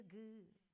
good